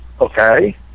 Okay